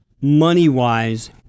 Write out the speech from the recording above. money-wise